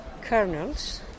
kernels